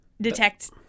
detect